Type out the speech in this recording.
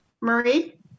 Marie